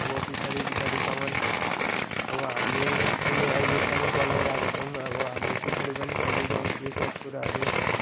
अब पछाडि पछाडिसम्म अब हामी अहिले अहिलेसम्म चलाइरहेको छौँ अब हाम्रो पछाडि पनि चल्दै जाओस् यी सब कुराहरू